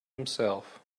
himself